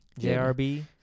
JRB